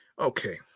okay